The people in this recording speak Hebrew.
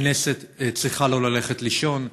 הכנסת צריכה לא ללכת לישון,